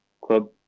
club